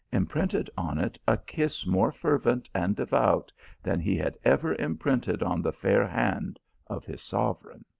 imprinted on it a kiss more fervent and devout than he had ever imprinted on the fair hand of his sovereign.